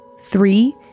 Three